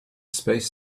space